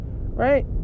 right